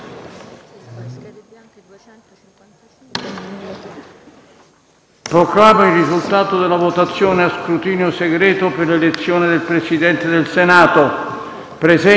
Proclamo il risultato della votazione a scrutinio segreto per l'elezione del Presidente del Senato: ||